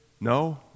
no